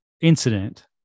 incident